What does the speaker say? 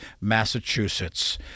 Massachusetts